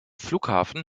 flughafen